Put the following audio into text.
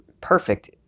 perfect